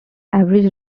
average